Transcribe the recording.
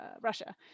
Russia